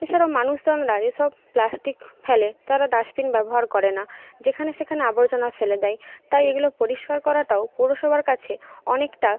এছাড়াও মানুষজনরা যেসব প্লাস্টিক ফেলে তারা ডাসপিন ব্যবহার করে না যেখানে সেখানে আবর্জনা ফেলে দেয় তাই এগুলো পরিষ্কার করাটাও পৌরসভার কাছে অনেকটা